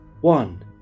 one